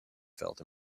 felt